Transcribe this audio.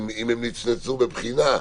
אם הם נצנצו בבחינה,